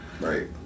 Right